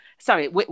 Sorry